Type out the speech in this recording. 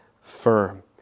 firm